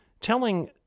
telling